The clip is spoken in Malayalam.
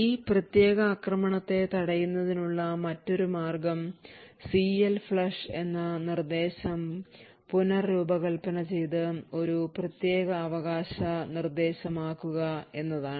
ഈ പ്രത്യേക ആക്രമണത്തെ തടയുന്നതിനുള്ള മറ്റൊരു മാർഗ്ഗം CLFLUSH എന്ന നിർദ്ദേശം പുനർരൂപകൽപ്പന ചെയ്ത് ഒരു പ്രത്യേകാവകാശ നിർദ്ദേശമാക്കുക എന്നതാണ്